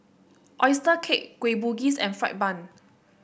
oyster cake Kueh Bugis and fried bun